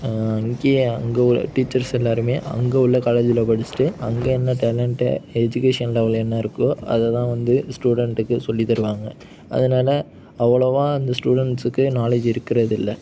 இங்கேயே அங்கே உள்ள டீச்சர்ஸ் எல்லாேருமே அங்கே உள்ள காலேஜ்ஜில் படிச்சுட்டு அங்கே என்ன டேலன்ட்டு எஜுகேஷன் லெவல் என்ன இருக்கோ அதை தான் வந்து ஸ்டூடண்டுக்கு சொல்லித் தருவாங்க அதனால் அவ்வளோவா அந்த ஸ்டூடண்ஸுக்கு நாலேஜ் இருக்கிறதில்லை